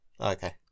Okay